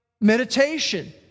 meditation